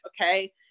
okay